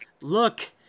look